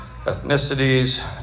ethnicities